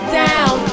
down